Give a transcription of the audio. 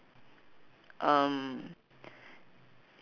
um